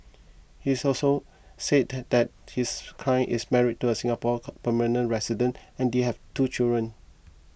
he also said that his client is married to a Singapore permanent resident and they have two children